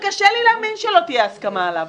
שקשה לי להאמין שלא תהיה הסכמה עליו.